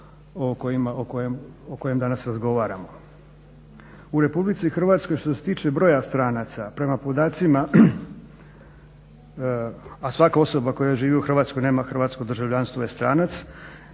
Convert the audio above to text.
U RH što se tiče broja stranaca prema podacima, a svaka osoba koja živi u Hrvatskoj i nema hrvatsko državljanstvo je stranac,